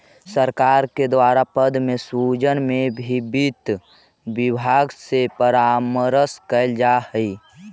सरकार के द्वारा पद के सृजन में भी वित्त विभाग से परामर्श कैल जा हइ